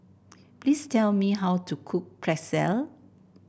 please tell me how to cook Pretzel